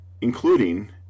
including